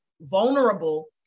vulnerable